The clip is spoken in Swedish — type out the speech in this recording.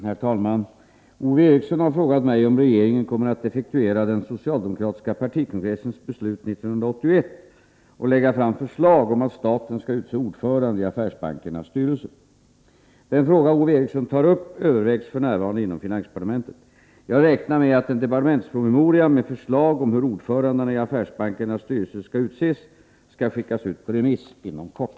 Herr talman! Ove Eriksson har frågat mig om regeringen kommer att effektuera SAP-kongressens beslut 1981 och lägga fram förslag om att staten skall utse ordförande i affärsbankernas styrelser. Den fråga Ove Eriksson tar upp övervägs f. n. inom finansdepartementet. Jag räknar med att en departementspromemoria med förslag om hur ordförandena i affärsbankernas styrelser skall utses skall skickas ut på remiss inom kort.